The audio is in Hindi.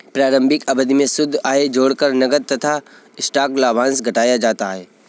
प्रारंभिक अवधि में शुद्ध आय जोड़कर नकद तथा स्टॉक लाभांश घटाया जाता है